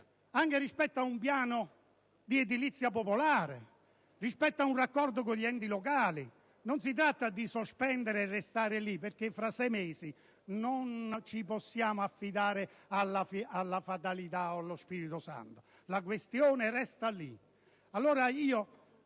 anche rispetto ad un piano di edilizia popolare e tramite un raccordo con gli enti locali. Non si tratta di sospendere le demolizioni e restare fermi, perché fra sei mesi non potremo affidarci alla fatalità o allo Spirito Santo. La questione resterà lì.